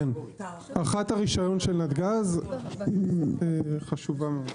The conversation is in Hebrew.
כן, הארכת הרישיון של נתג"ז חשובה מאוד.